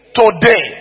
today